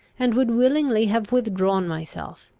and would willingly have withdrawn myself.